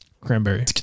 cranberry